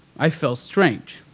i felt strange.